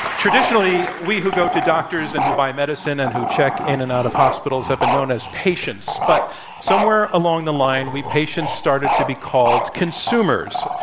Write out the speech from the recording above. traditionally, we would go to doctors and who buy medicine, and who check in and out of hospitals have been known as patients. but somewhere along the line, we patients started to be called consumers,